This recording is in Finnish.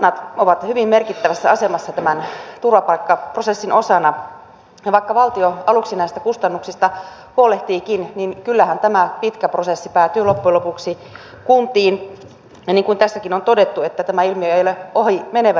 kunnat ovat hyvin merkittävässä asemassa tämän turvapaikkaprosessin osana ja vaikka valtio aluksi näistä kustannuksista huolehtiikin niin kyllähän tämä pitkä prosessi päätyy loppujen lopuksi kuntiin ja niin kuin tässäkin on todettu tämä ilmiö ei ole ohimenevä